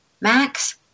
Max